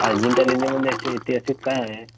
अजिंठा लेणीमध्ये असे ऐतिहासिक काय आहे